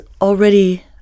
already